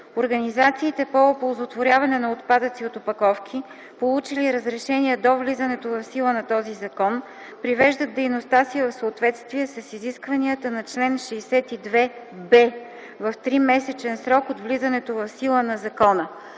Организациите по оползотворяване на отпадъци от опаковки, получили разрешение до влизането в сила на този закон, привеждат дейността си в съответствие с изискванията на чл. 62б в тримесечен срок от влизането в сила на закона.”